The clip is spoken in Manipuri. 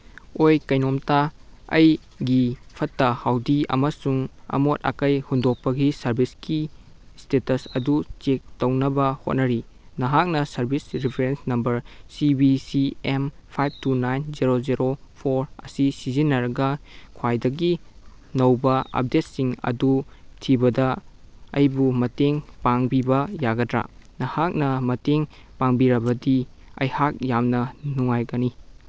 ꯑꯣꯏ ꯀꯩꯅꯣꯝꯇ ꯑꯩꯒꯤ ꯐꯠꯇ ꯍꯥꯎꯗꯤ ꯑꯃꯁꯨꯡ ꯑꯃꯣꯠ ꯑꯀꯥꯏ ꯍꯨꯟꯗꯣꯛꯄꯒꯤ ꯁꯔꯚꯤꯁꯀꯤ ꯏꯁꯇꯦꯇꯁ ꯑꯗꯨ ꯆꯦꯛ ꯇꯧꯅꯕ ꯍꯣꯠꯅꯔꯤ ꯅꯍꯥꯛꯅ service reference number C V C M five two nine zero zero four ꯑꯁꯤ ꯁꯤꯖꯤꯟꯅꯔꯒ ꯈ꯭ꯋꯥꯏꯗꯒꯤ ꯅꯧꯕ ꯑꯞꯗꯦꯠꯁꯤꯡ ꯑꯗꯨ ꯊꯤꯕꯗ ꯑꯩꯕꯨ ꯃꯇꯦꯡ ꯄꯥꯡꯕꯤꯕ ꯌꯥꯒꯗ꯭ꯔꯥ ꯅꯍꯥꯛꯅ ꯃꯇꯦꯡ ꯄꯥꯡꯕꯤꯔꯕꯗꯤ ꯑꯩꯍꯥꯛ ꯌꯥꯝꯅ ꯅꯨꯡꯉꯥꯏꯒꯅꯤ